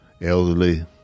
elderly